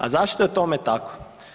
A zašto je tome tako?